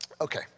Okay